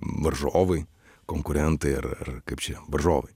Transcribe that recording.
varžovai konkurentai ar ar kaip čia varžovai